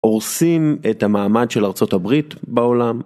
הורסים את המעמד של ארה״ב בעולם